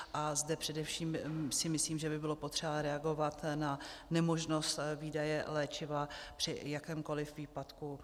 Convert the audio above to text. A zde především si myslím, že by bylo potřeba reagovat na nemožnost výdeje léčiva při jakémkoliv výpadku v systému.